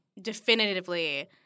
definitively